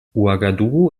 ouagadougou